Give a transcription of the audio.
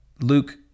Luke